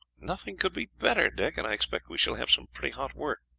nothing could be better, dick, and i expect we shall have some pretty hot work.